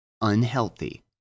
unhealthy